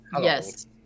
Yes